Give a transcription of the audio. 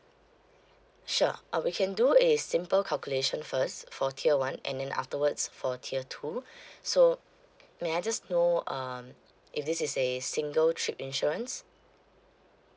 sure uh we can do is simple calculation first for tier one and then afterwards for tier two so may I just know um if this is a single trip insurance